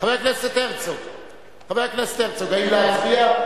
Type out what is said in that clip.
חבר הכנסת הרצוג, האם להצביע?